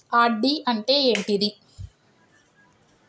RD అంటే ఏంటిది?